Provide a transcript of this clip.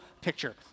picture